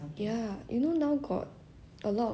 got !ee!